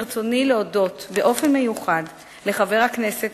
ברצוני להודות באופן מיוחד לחבר הכנסת